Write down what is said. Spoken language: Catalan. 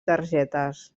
targetes